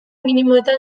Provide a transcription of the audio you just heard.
minimoetan